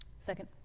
second